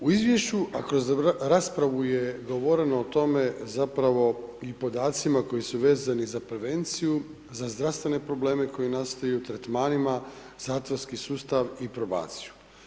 U izvješću, a kroz raspravu je govoreno o tome zapravo i podacima koji su vezani za prevenciju, za zdravstvene probleme koji nastaju, tretmanima, zatvorski sustav i probaciju.